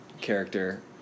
character